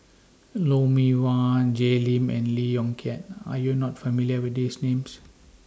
Lou Mee Wah Jay Lim and Lee Yong Kiat Are YOU not familiar with These Names